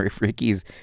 Ricky's